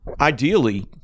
ideally